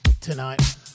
Tonight